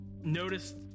noticed